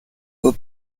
were